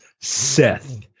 Seth